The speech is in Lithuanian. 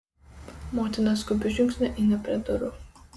motina skubiu žingsniu eina prie durų